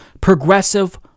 progressive